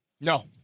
No